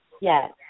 Yes